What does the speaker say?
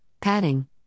padding